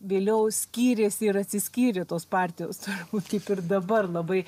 vėliau skyrėsi ir atsiskyrė tos partijos turbūt kaip ir dabar labai